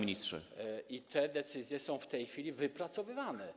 i te decyzje są w tej chwili wypracowywane.